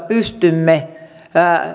pystymme